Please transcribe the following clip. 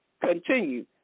Continue